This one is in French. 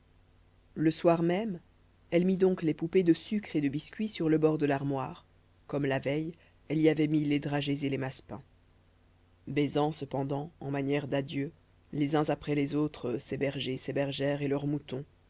le soir même elle mit donc les poupées de sucre et de biscuit sur le bord de l'armoire comme la veille elle y avait mis les dragées et les massepains baisant cependant en manière d'adieu les uns après les autres ses bergers ses bergères et leurs moutons